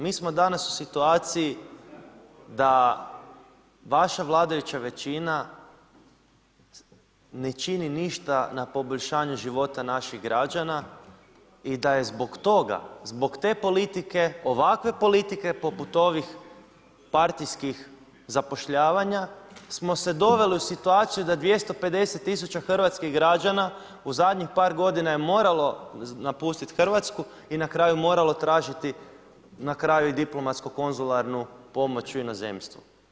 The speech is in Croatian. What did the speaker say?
Mi smo danas u situaciji da vaša vladajuća većina ne čini ništa na poboljšanju života naših građana i da je zbog toga, zbog te politike, ovakve politike poput ovih partijskih zapošljavanja smo se doveli u situaciju da 250 tisuća hrvatskih građana u zadnjih par godina je moralo napustiti Hrvatsku i na kraju moralo tražiti diplomatsko-konzularnu pomoć u inozemstvu.